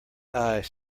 eye